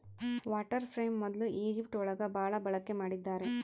water frame ಮೊದ್ಲು Egypt ಒಳಗ ಭಾಳ ಬಳಕೆ ಮಾಡಿದ್ದಾರೆ